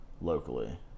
locally